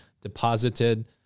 deposited